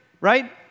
right